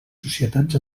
societats